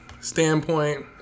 standpoint